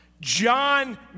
John